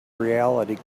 reality